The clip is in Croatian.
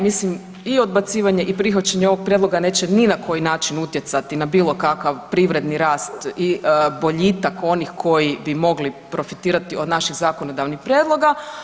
Mislim i odbacivanje i prihvaćanje ovog prijedloga neće ni na koji način utjecati na bilo kakav privredni rast i boljitak onih koji bi mogli profitirati od naših zakonodavnih prijedloga.